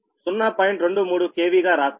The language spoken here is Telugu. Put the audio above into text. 23 kv గా రాస్తారు